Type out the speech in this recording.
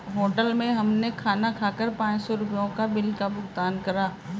hotel में हमने खाना खाकर पाँच सौ रुपयों के बिल का भुगतान करा